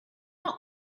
not